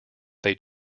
they